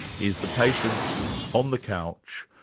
is the patient's on the couch,